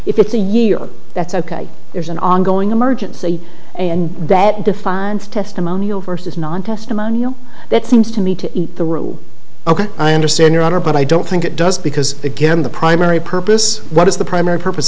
if it's a year that's ok there's an ongoing emergency and that defines testimonial versus non testimonial that seems to me to the rule ok i understand your honor but i don't think it does because again the primary purpose what is the primary purpose